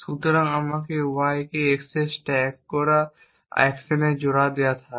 সুতরাং আমাকে y এ xকে স্ট্যাক করা অ্যাকশনের জোড়া দেওয়া যাক